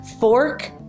fork